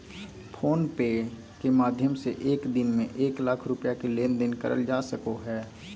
phone पे के माध्यम से एक दिन में एक लाख रुपया के लेन देन करल जा सको हय